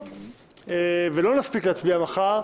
ולא נספיק להצביע מחר,